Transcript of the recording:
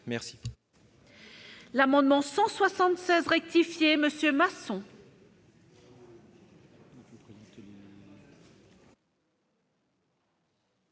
Merci,